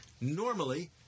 Normally